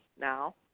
now